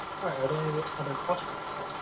other other questions?